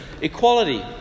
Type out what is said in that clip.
equality